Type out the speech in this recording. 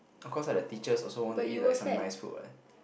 of course lah the teachers also want to eat like some nice food what